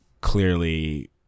clearly